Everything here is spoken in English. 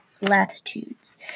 latitudes